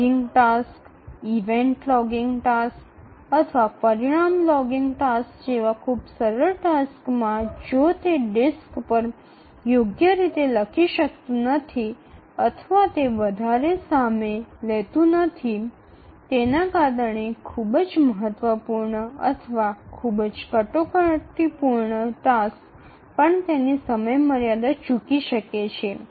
logging task event logging task અથવા પરિણામ logging task જેવા ખૂબ સરળ ટાસ્કમાં જો તે ડિસ્ક પર યોગ્ય રીતે લખી શકતું નથી અથવા તે વધારે સામે લેતું હોય તેના કારણે ખૂબ જ મહત્વપૂર્ણ અથવા ખૂબ જ કટોકટીપૂર્ણ ટાસ્ક પણ તેની સમયમર્યાદા ચૂકી શકે છે